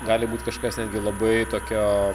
gali būt kažkas netgi labai tokio